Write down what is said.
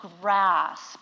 grasp